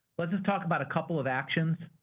let's let's talk about a couple of actions.